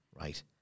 right